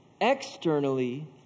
externally